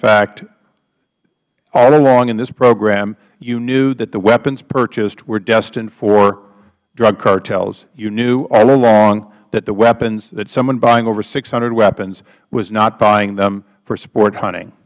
fact all along in this program you knew that the weapons purchased were destined for drug cartels you knew all along that the weapons that someone buying over six hundred weapons was not buying them for sport hunting